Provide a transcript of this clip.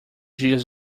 dias